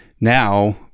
Now